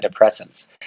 antidepressants